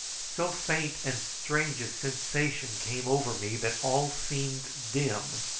so faint and strange a sensation came over me that all seemed dim,